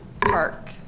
park